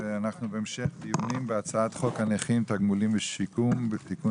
אנחנו בהמשך דיונים בהצעת חוק הנכים (תגמולים ושיקום) (תיקון